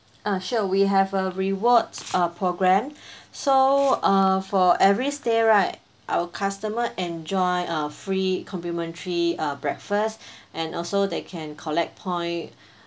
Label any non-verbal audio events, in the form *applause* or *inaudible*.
uh sure we have a reward uh programme *breath* so uh for every stay right our customers enjoy a free complimentary uh breakfast *breath* and also they can collect point